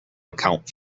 account